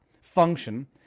function